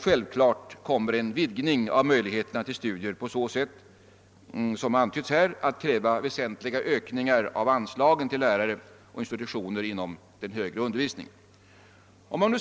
Självfallet kommer en vidgning av studiemöjligheterna på det sätt som här antytts att kräva väsentliga ökningar av anslagen till lärarkrafter och institu tioner inom den högre undervisningen.